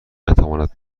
نتواند